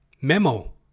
memo